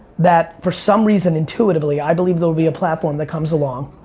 that for some reason, intuitively, i believe there will be a platform that comes along,